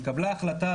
התקבלה החלטה,